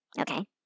Okay